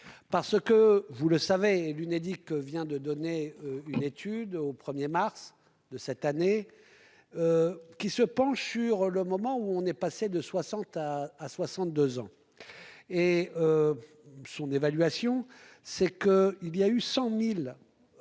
parce que vous le savez l'Unédic vient de donner une étude au 1er mars de cette année. Qui se penche sur le moment où on est passé de 60 à 62 ans. Et. Son évaluation c'est que il y a eu 100.000. Demandes.